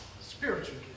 spiritual